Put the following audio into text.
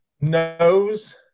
Nose